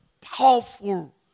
powerful